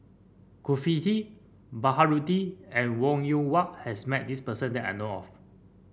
Baharudin and Wong Yoon Wah has met this person that I know of